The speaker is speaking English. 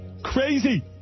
Crazy